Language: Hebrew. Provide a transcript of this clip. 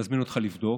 אני מזמין אותך לבדוק.